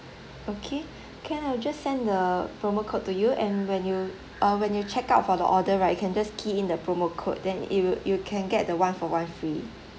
okay can I'll just send the promo code to you and when you uh when you check out for the order right you can just key in the promo code then it will you can get the one for one free